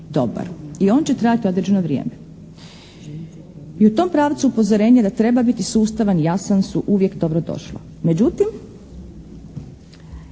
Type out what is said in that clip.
i on će trajati određeno vrijeme. I u tom pravcu je upozorenje da treba biti sustavan i jasan su uvijek dobro došla.